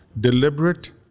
Deliberate